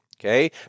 okay